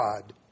God